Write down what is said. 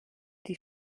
die